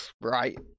right